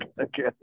Okay